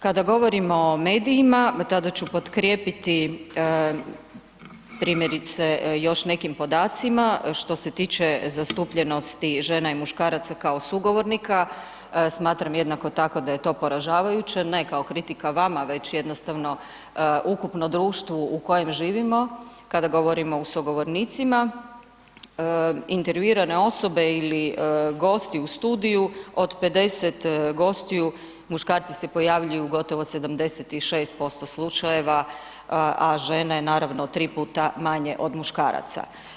Kada govorimo o medijima tada ću potkrijepiti primjerice još nekim podacima što se tiče zastupljenosti žena i muškaraca kao sugovornika, smatram jednako tako da je to poražavajuće, ne kao kritika vama već jednostavno ukupno društvu u kojem živimo kada govorimo o sugovornicima, intervjuirane osobe ili gosti u studiju od 50 gostiju muškarci se pojavljuju u gotovo 76% slučajeva a žene naravno 3x manje od muškaraca.